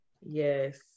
Yes